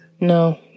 No